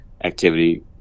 activity